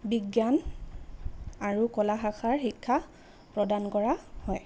বিজ্ঞান আৰু ক'লা শাখাৰ শিক্ষা প্ৰদান কৰা হয়